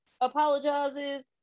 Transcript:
apologizes